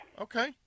Okay